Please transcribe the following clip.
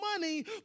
money